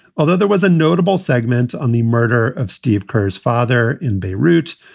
although there was a notable segment on the murder of steve kerr's father in beirut.